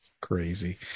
Crazy